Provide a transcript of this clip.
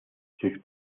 sus